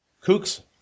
Kook's